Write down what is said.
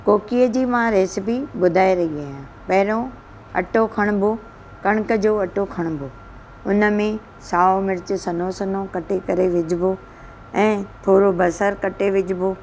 कोकीअ जी मां रेसिपी ॿुधाए रही आहियां पहिरियों अटो खणिबो कणिक जो अटो खणिबो हुन में साओ मिर्च सनो सनो कटे करे विझिबो ऐं थोरो बसरु कटे विझिबो